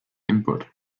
input